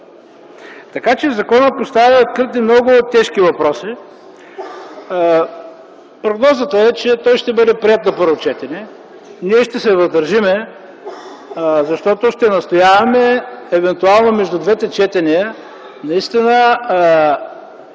Така че законът поставя кръг от много тежки въпроси. Прогнозата е, че той ще бъде приет на първо четене. Ние ще се въздържим, защото ще настояваме евентуално между двете четения наистина